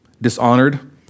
dishonored